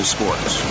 Sports